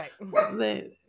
right